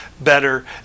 better